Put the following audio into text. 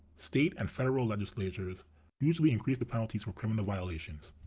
state and federal legislatures hugely increased the penalties for criminal violations.